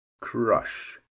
Crush